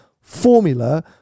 formula